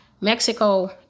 Mexico